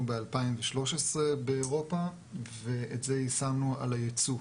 ב-2013 באירופה ואת זה יישמנו על הייצוא.